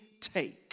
take